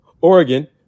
oregon